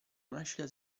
nascita